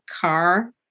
car